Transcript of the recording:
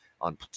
on